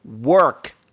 work